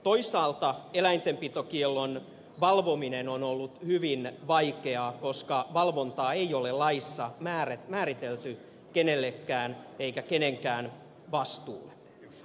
toisaalta eläintenpitokiellon valvominen on ollut hyvin vaikeaa koska valvontaa ei ole laissa määritelty kenellekään eikä kenenkään vastuulle